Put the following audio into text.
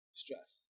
stress